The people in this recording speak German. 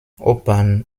opern